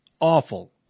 Awful